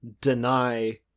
deny